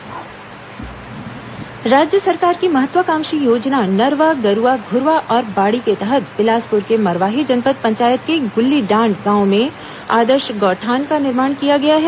महंत गौठान लोकार्पण राज्य सरकार की महत्वाकांक्षी योजना नरवा गरुवा घूरवा और बाड़ी के तहत बिलासपुर के मरवाही जनपद पंचायत के गुल्लीडांड गांव में आदर्श गौठान का निर्माण किया गया है